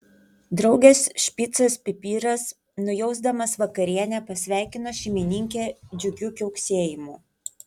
draugės špicas pipiras nujausdamas vakarienę pasveikino šeimininkę džiugiu kiauksėjimu